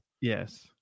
Yes